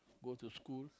go to school